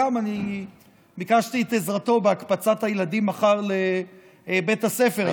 גם אני ביקשתי את עזרתו בהקפצת הילדים מחר לבית הספר.